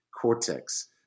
cortex